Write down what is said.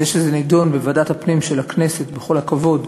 זה שזה נדון בוועדת הפנים של הכנסת, בכל הכבוד,